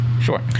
Sure